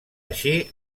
així